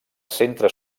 centre